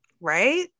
Right